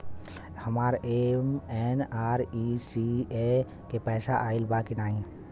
हमार एम.एन.आर.ई.जी.ए के पैसा आइल बा कि ना?